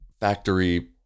factory